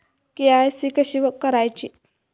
KYC कशी करायची?